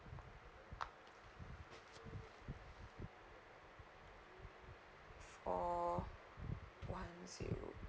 four one zero